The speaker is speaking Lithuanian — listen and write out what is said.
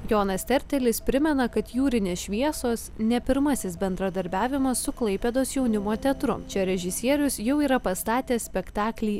jonas tertelis primena kad jūrinės šviesos ne pirmasis bendradarbiavimas su klaipėdos jaunimo teatru čia režisierius jau yra pastatęs spektaklį